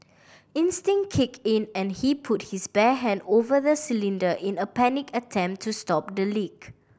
instinct kicked in and he put his bare hand over the cylinder in a panicked attempt to stop the leak